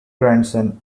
grandson